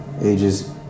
ages